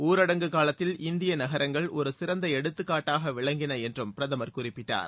ஊரடங்கு காலத்தில் இந்திய நகரங்கள் ஒரு சிறந்த எடுத்துக்காட்டாக விளங்கின என்றும் பிரதமர் குறிப்பிட்டார்